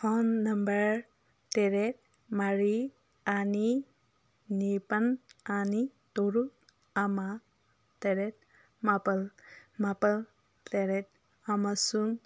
phone number ꯇꯔꯦꯠ ꯃꯔꯤ ꯑꯅꯤ ꯅꯤꯄꯥꯜ ꯑꯅꯤ ꯇꯔꯨꯛ ꯑꯃ ꯇꯔꯦꯠ ꯃꯥꯄꯜ ꯃꯥꯄꯜ ꯇꯔꯦꯠ ꯑꯃꯁꯨꯡ